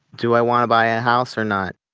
do i want to buy a house or not?